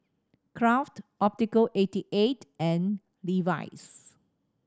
Kraft Optical eighty eight and Levi's